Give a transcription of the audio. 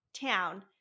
town